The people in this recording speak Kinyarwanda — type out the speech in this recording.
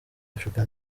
africa